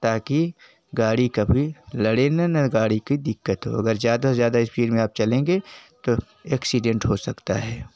ताकि गाड़ी कभी लड़े ना ना गाड़ी का दिक़्क़त हो अगर ज़्यादा से ज़्यादा स्पीड में आप चलेंगे तो एक्सीडेंट हो सकता है